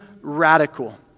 radical